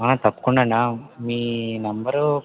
తప్పకుండాండి మీ నంబరు